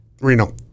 Reno